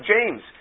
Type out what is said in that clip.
James